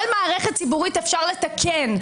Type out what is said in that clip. כל מערכת ציבורית אפשר לתקן.